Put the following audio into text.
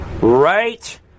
Right